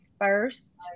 first